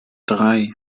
drei